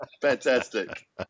Fantastic